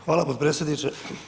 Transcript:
Hvala potpredsjedniče.